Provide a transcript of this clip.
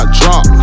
drop